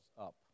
up